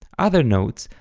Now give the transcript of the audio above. other notes,